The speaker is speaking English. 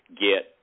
get